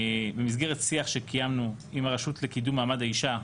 במסגרת שיח שקיימנו עם הרשות לקידום מעמד האישה,